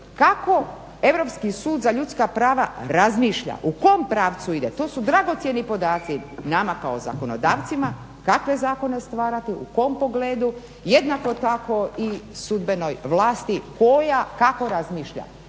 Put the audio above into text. kako Europski sud za ljudska prava razmišlja, u kom pravcu ide, to su dragocjeni podaci nama kao zakonodavcima kakve zakone stvarati, u kom pogledu, jednako tako i sudbenoj vlasti koja, kako razmišlja.